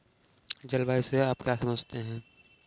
जलवायु से आप क्या समझते हैं?